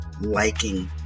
liking